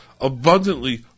abundantly